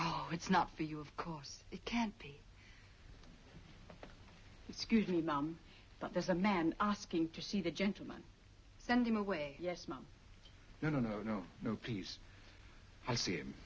again it's not feel of course it can't be excuse me ma'am but there's a man asking to see the gentleman standing away yes ma'am no no no no no please i see him